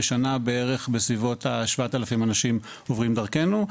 בשנה בערך בסביבות 7,000 אנשים עוברים דרכנו.